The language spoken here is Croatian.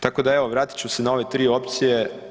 Tako da evo vratit ću se na ove 3 opcije.